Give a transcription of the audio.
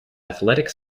athletic